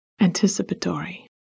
anticipatory